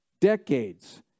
decades